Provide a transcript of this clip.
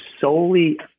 solely